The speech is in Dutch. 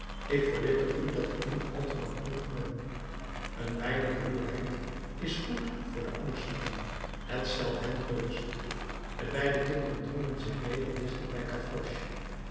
ik verwittig u dat ik niet al te lankmoedig ben een weinig ruwheid is goed voor de angstigen het stelt hen gerust de beide kinderen drongen zich weder dichter bij